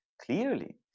clearly